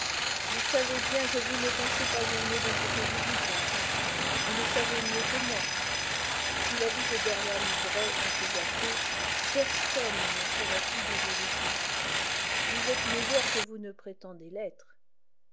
vous savez bien que vous ne pensez pas un mot de ce que vous dites harry vous le savez mieux que moi si la vie de dorian gray était gâtée personne n'en serait plus désolé que vous vous êtes meilleur que vous ne prétendez l'être